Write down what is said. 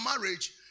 marriage